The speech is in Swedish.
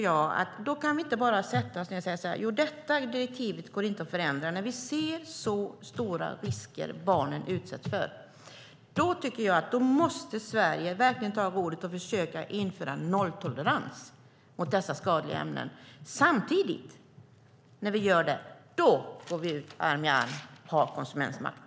Vi kan inte bara sätta oss och säga att direktivet inte går att förändra när vi ser vilka stora risker som barnen utsätts för. Då måste Sverige verkligen ta rodret och försöka införa nolltolerans mot dessa skadliga ämnen. Samtidigt som vi gör det går vi arm i arm för konsumentmakt.